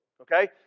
Okay